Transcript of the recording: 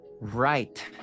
right